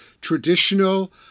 traditional